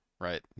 right